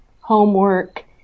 homework